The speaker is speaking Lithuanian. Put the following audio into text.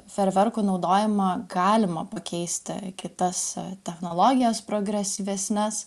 ferverkų naudojimą galima pakeisti į kitas technologijas progresyvesnes